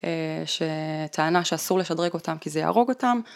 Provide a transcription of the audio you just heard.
שטענה שאסור לשדרג אותם, כי זה יהרוג אותם.